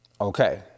Okay